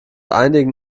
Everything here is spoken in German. einigen